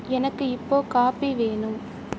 எனக்கு இப்போது காபி வேணும்